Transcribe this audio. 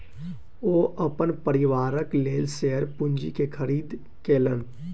ओ अपन परिवारक लेल शेयर पूंजी के खरीद केलैन